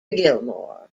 gilmour